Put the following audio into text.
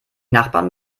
nachbarn